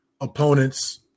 opponents –